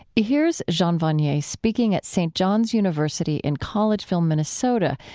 here's jean vanier speaking at st. john's university in collegeville, minnesota,